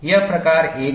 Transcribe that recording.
यह प्रकार 1 है